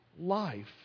life